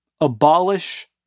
Abolish